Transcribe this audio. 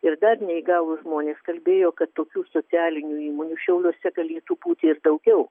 ir dar neįgalūs žmonės kalbėjo kad tokių socialinių įmonių šiauliuose galėtų būti ir daugiau